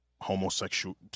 homosexual